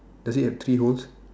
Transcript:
does it have three holes